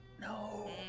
No